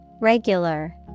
Regular